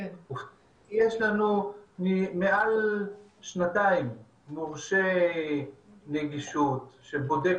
הופתעתי כי יש לנו מעל שנתיים מורשה נגישות שבודק